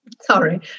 sorry